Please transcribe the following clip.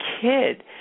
kid